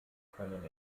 können